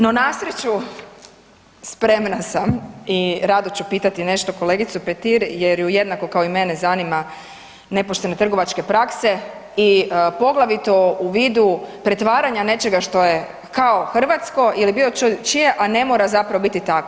No na sreću, spremna sam i rado ću pitati nešto kolegicu Petir jer ju jednako kao i mene zanima nepoštene trgovačke prakse i poglavito u vidu pretvaranja nečega što je kao hrvatsko ili bilo čije a ne mora zapravo biti takvo.